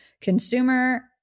consumer